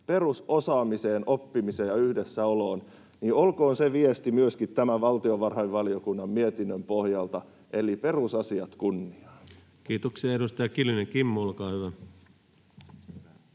perusosaamiseen, oppimiseen ja yhdessäoloon. Olkoon se viesti myöskin tämän valtiovarainvaliokunnan mietinnön pohjalta, eli perusasiat kunniaan. Kiitoksia. — Edustaja Kiljunen, Kimmo, olkaa hyvä.